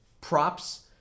props